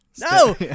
no